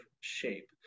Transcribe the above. shape